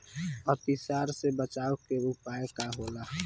अतिसार से बचाव के उपाय का होला?